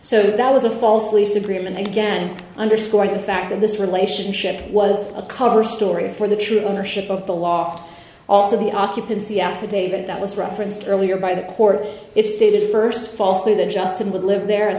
so that was a false lead agreement again underscoring the fact that this relationship was a cover story for the true ownership of the loft also the occupancy affidavit that was referenced earlier by the court it stated first falsely that justin would live the